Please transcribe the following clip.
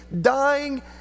dying